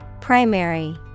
Primary